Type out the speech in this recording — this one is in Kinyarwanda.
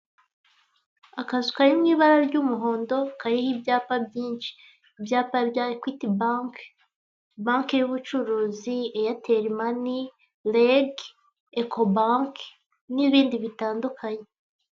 Akazu kari mu ibara ry'umuhondo kariho ibyapa byinshi. Ibyapa bya ekwiti banke, banke y'ubuucuruzi, eyateli mani, rege ekobanke, n'ibindi bitandukanye.